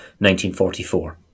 1944